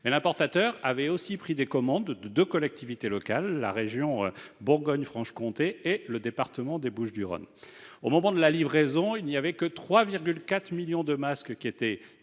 cet importateur avait aussi pris les commandes de deux collectivités locales, la région Bourgogne-Franche-Comté et le département des Bouches-du-Rhône. Au moment de la livraison, seuls 3,4 millions de masques étaient